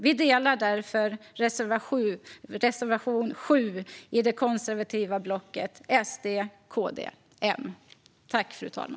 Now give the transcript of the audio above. Vi delar därför reservation 7 i det konservativa blocket SD-KD-M.